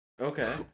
Okay